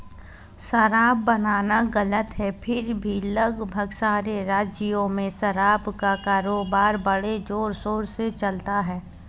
शराब बनाना गलत है फिर भी लगभग सारे राज्यों में शराब का कारोबार बड़े जोरशोर से चलता है